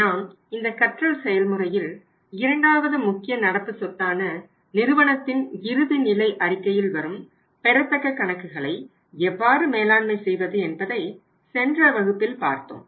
நாம் இந்த கற்றல் செயல்முறையில் இரண்டாவது முக்கிய நடப்பு சொத்தான நிறுவனத்தின் இறுதிநிலை அறிக்கையில் வரும் பெறத்தக்க கணக்குகளை எவ்வாறு மேலாண்மை செய்வது என்பதை சென்ற வகுப்பில் பார்த்தோம்